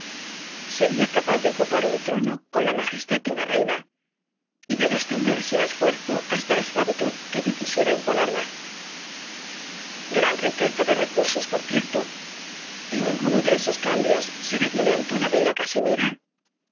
sería capaz de ocupar un trono con la majestad de una reina y de descender sin esfuerzo hasta la esclavitud que yo quisiera imponerme gran riqueza de recursos por cierto y ninguno de esos cambios será violento á la bella casimira